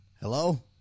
Hello